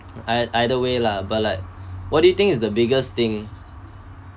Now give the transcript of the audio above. either either way lah but like what do you think is the biggest thing